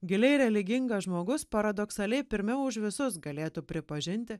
giliai religingas žmogus paradoksaliai pirmiau už visus galėtų pripažinti